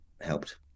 helped